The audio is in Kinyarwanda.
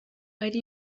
ari